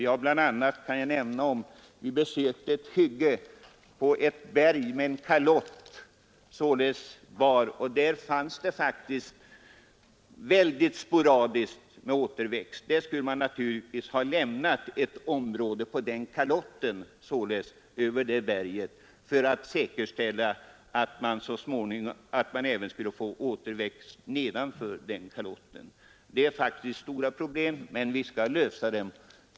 Under en exkursion besökte vi bl.a. ett hygge på ett berg med en kalott där återväxten var mycket sporadisk. Man skulle naturligtvis ha lämnat ett område oavverkat på den kalotten. Det finns alltså stora problem, men jag hoppas vi skall kunna lösa dem.